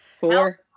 Four